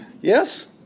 Yes